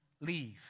leave